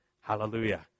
Hallelujah